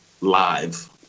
live